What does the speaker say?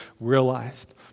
realized